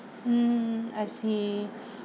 mm I see